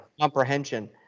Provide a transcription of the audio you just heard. comprehension